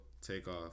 Takeoff